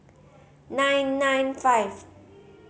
nine nine five